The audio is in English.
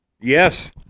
Yes